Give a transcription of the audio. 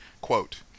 quote